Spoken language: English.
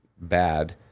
bad